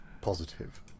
positive